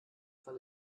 fall